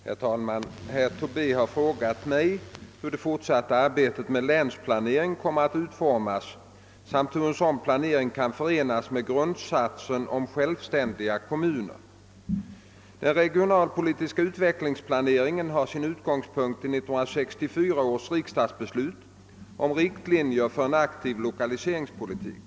Herr talman! Herr Tobé har frågat mig hur det fortsatta arbetet med länsplaneringen kommer att utformas samt hur en sådan planering kan förenas med grundsatsen om självständiga kommuner. Den regionalpolitiska utvecklingsplaneringen har sin utgångspunkt i 1964 års riksdagsbeslut om riktlinjer för en aktiv lokaliseringspolitik.